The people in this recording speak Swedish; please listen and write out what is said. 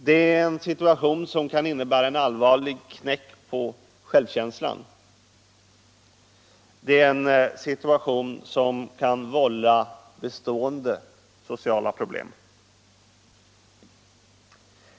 Det är en situation som kan innebära en allvarlig knäck för självkänslan, en situation som kan vålla bestående sociala problem.